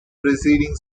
preceding